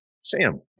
Sam